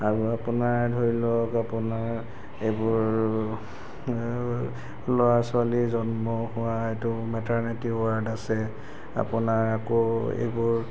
আৰু আপোনাৰ ধৰি লওক আপোনাৰ এইবোৰ ল'ৰা ছোৱালী জন্ম হোৱা এইটো মেটাৰনিটি ৱাৰ্ড আছে আপোনাৰ আকৌ এইবোৰ